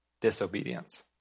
disobedience